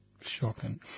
shocking